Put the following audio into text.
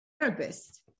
therapist